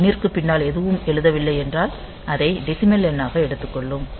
ஒரு எண்ணிற்கு பின்னால் எதுவும் எழுதவில்லை என்றால் அதை டெசிமல் எண்ணாக எடுத்துக்கொள்ளும்